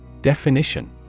Definition